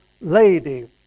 lady